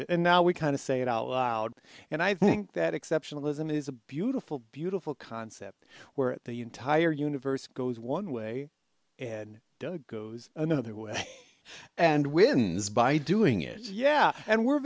it and now we kind of say it out loud and i think that exceptionalism is a beautiful beautiful concept where the entire universe goes one way and goes another way and wins by doing it yeah and we're